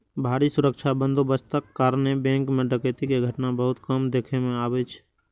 भारी सुरक्षा बंदोबस्तक कारणें बैंक मे डकैती के घटना बहुत कम देखै मे अबै छै